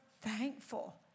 thankful